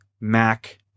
Mac